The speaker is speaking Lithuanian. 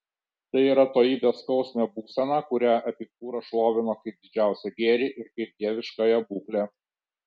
tai yra toji beskausmė būsena kurią epikūras šlovino kaip didžiausią gėrį ir kaip dieviškąją būklę